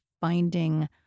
finding